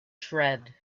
tread